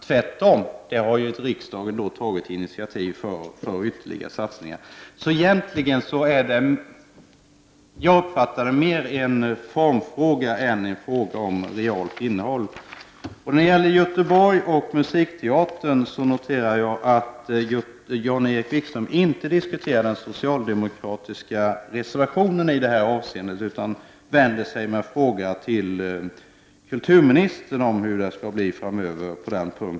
Tvärtom har riksdagen tagit initiativ till ytterligare satsningar. Egentligen uppfattar jag det som att det mer är en formfråga än en fråga om realt innehåll. När det gäller Göteborg och musikteatern noterade jag att Jan-Erik Wikström inte diskuterade den socialdemokratiska reservationen utan vände sig till kulturministern och frågade hur det skall bli framöver.